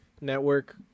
network